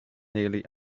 nearly